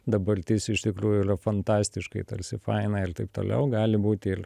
dabartis iš tikrųjų yra fantastiškai tarsi faina ir taip toliau gali būti ir